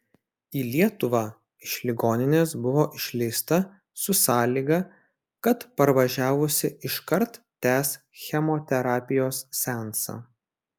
į lietuvą iš ligoninės buvo išleista su sąlyga kad parvažiavusi iškart tęs chemoterapijos seansą